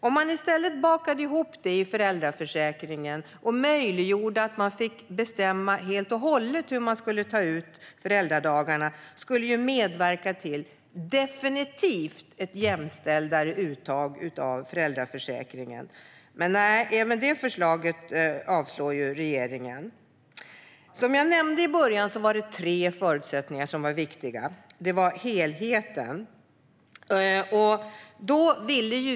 Om man i stället bakade ihop detta i föräldraförsäkringen och möjliggjorde att föräldrarna helt och hållet fick bestämma hur de ska ta ut föräldradagarna skulle detta definitivt medverka till ett mer jämställt uttag av föräldraförsäkringen. Men nej, även det förslaget avstyrker regeringssidan. Som jag nämnde i början var det tre förutsättningar som var viktiga.